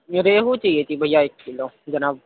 ریہو چاہیے تھی بھیا ایک کلو جناب